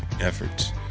efforts